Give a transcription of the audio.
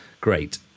great